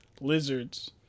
lizards